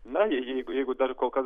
na jei jeigu jeigu dar kol kas